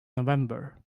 november